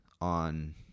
on